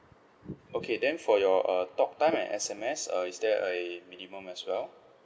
okay then for your uh talk time and S_M_S uh is there a minimum as well